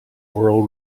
oral